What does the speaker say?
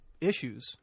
issues